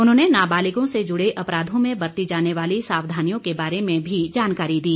उन्होंने नाबालिगों से जुड़े अपराधों में बरती जाने वाली सावधानियों के बारे में भी जानकारी दी